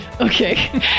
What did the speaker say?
Okay